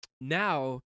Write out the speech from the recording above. Now